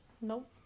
Nope